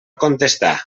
contestar